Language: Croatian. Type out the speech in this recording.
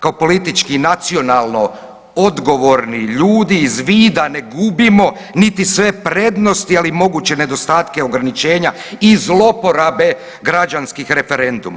Kao politički nacionalno odgovorni ljudi iz vida ne gubimo niti sve prednosti, ali moguće nedostatke ograničenja i zlouporabe građanskih referenduma.